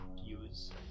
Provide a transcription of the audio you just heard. use